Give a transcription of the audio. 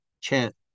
chant